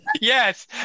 Yes